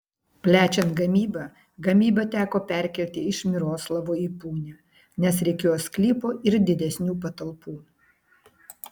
plečiant gamybą gamybą teko perkelti iš miroslavo į punią nes reikėjo sklypo ir didesnių patalpų